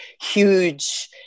huge